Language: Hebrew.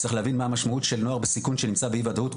צריך להבין מה המשמעות של נוער בסיכון שנמצא באי וודאות,